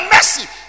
mercy